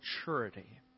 maturity